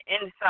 inside